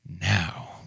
now